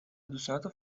دوستانتو